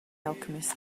alchemist